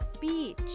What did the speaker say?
Beach